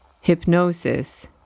hypnosis